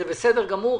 זה בסדר גמור.